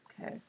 Okay